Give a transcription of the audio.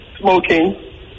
smoking